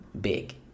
big